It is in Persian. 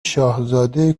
شاهزاده